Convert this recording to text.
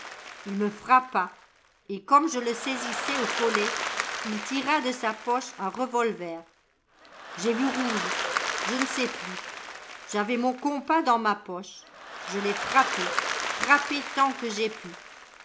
ii me frappa et comme je le saisissais au collet il tira de sa poche un revolver j'ai vu rouge je ne sais plus j'avais mon compas dans ma poche je l'ai frappé frappé tant que j'ai pu